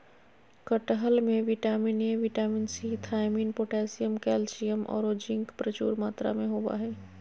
कटहल में vitamin A, vitamin C, thiamine, potassium, calcium औरो जिंक प्रचुर मात्रा में होबा हइ